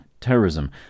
terrorism